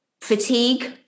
fatigue